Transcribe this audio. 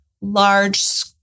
large